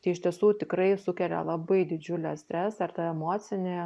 tai iš tiesų tikrai sukelia labai didžiulę stresą ir tą emocinį